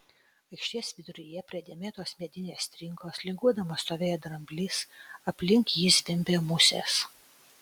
aikštės viduryje prie dėmėtos medinės trinkos linguodamas stovėjo dramblys aplink jį zvimbė musės